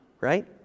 right